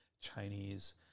chinese